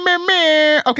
Okay